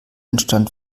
entstand